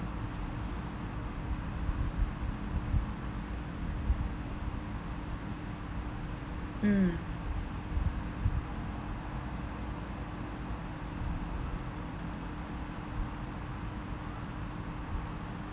mm